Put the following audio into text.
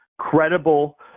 credible